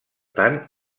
tant